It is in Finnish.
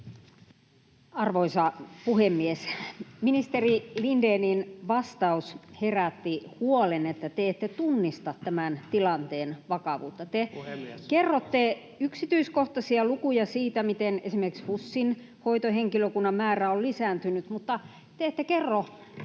Arvoisa puhemies! Ministeri Lindénin vastaus herätti huolen, että te ette tunnista tämän tilanteen vakavuutta. Te kerrotte yksityiskohtaisia lukuja siitä, miten esimerkiksi HUSin hoitohenkilökunnan määrä on lisääntynyt, mutta te ette kerro